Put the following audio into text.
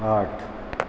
आठ